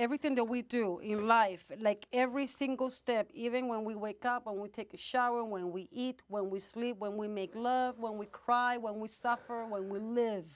everything that we do in life like every single step even when we wake up when we take a shower and when we eat when we sleep when we make love when we cry when we saw her when we live